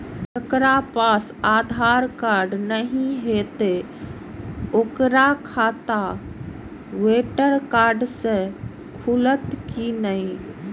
जकरा पास आधार कार्ड नहीं हेते ओकर खाता वोटर कार्ड से खुलत कि नहीं?